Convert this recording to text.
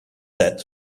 set